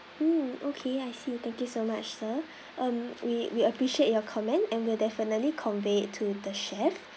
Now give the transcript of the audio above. mm okay I see thank you so much sir um we we appreciate your comments and will definitely convey it to the chef